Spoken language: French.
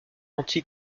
anti